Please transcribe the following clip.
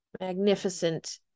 magnificent